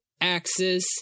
axis